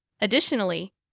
Additionally